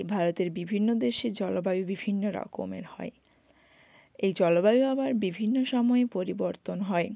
ভারতের বিভিন্ন দেশের জলবায়ু বিভিন্ন রকমের হয় এই জলবায়ু আবার বিভিন্ন সময়ে পরিবর্তন হয়